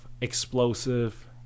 explosive